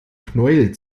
knäuel